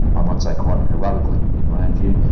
i might say, quite heroically, in my own view,